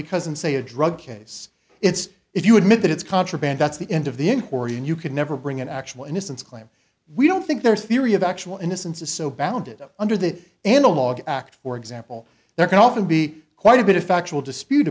because in say a drug case it's if you admit that it's contraband that's the end of the in korean you could never bring an actual innocence claim we don't think their theory of actual innocence is so bounded under the analog act for example there can often be quite a bit of factual dispute